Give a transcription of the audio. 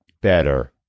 better